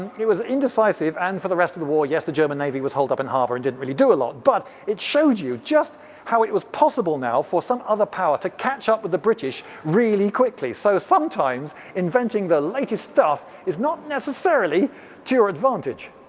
it it was indecisive, and for the rest of the war, yes, the german navy was holed up in harbour and didn't really do a lot. but it showed you just how it it was possible now for some other power to catch up with the british really quickly. so sometimes inventing the latest stuff is not necessarily to your advantage.